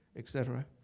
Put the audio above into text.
et cetera.